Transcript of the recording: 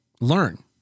learn